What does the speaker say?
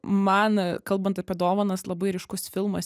man kalbant apie dovanas labai ryškus filmas